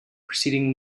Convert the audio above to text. preceding